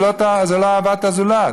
זה לא אהבת הזולת,